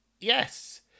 yes